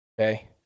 Okay